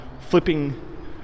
flipping